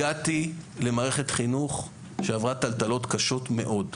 הגעתי למערכת חינוך שעברה טלטלות קשות מאוד.